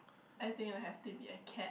I think would have to be a cat